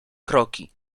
kroki